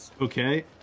Okay